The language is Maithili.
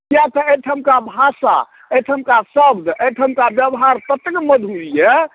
किआ तऽ एहिठामका भाषा एहिठामका शब्द एहिठामका व्यवहार ततेक मधुर यऽ